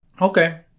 Okay